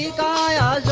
da